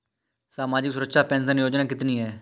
सामाजिक सुरक्षा पेंशन योजना कितनी हैं?